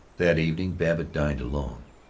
that evening babbitt dined alone.